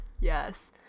Yes